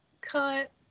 cut